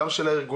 גם של הארגונים,